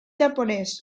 japonès